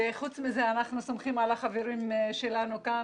חוץ מזה אנחנו סומכים על החברים שלנו כאן,